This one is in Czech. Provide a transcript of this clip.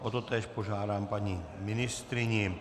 O totéž požádám paní ministryni.